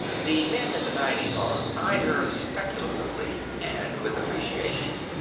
the men in the dining car eyed her speculatively and with appreciation.